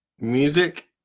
music